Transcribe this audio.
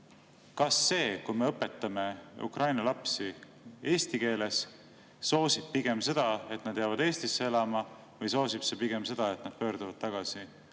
kas see, kui me õpetame Ukraina lapsi eesti keeles, soosib pigem seda, et nad jäävad Eestisse elama, või soosib see pigem seda, et nad pöörduvad tagasi